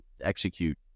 execute